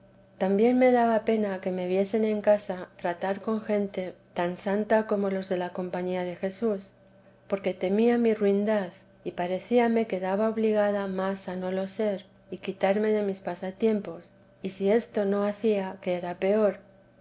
también me daba pena que me viesen en casa tratar con gente tan santa como los de la compañía de jesús porque temia mi ruindad y parecíame quedaba obligada más a no lo ser y quitarme de mis pasatiempos y si esto no hacía que era peor